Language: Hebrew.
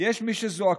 יש מי שזועקים,